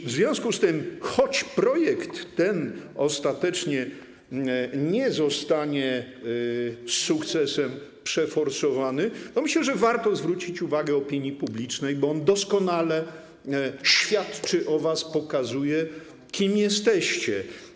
W związku z tym, choć projekt ten ostatecznie nie zostanie z sukcesem przeforsowany, myślę, że warto zwrócić na niego uwagę opinii publicznej, bo on doskonale świadczy o was, pokazuje, kim jesteście.